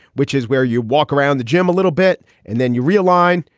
which is where you walk around the gym a little bit and then you realign.